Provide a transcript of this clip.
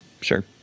Sure